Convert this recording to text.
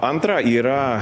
antra yra